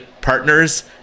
partners